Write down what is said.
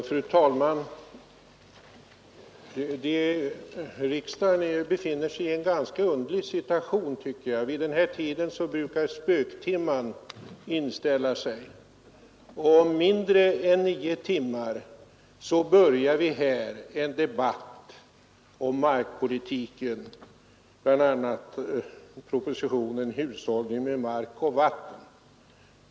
Fru talman! Riksdagen befinner sig nu i en ganska underlig situation vid den här tiden, då spöktimmen brukar infalla. Om mindre än nio timmar börjar vi här en debatt om propositionen 111, ”Hushållning med mark och vatten”.